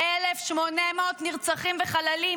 1,800 נרצחים וחללים.